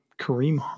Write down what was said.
Kareem